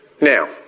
Now